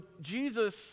Jesus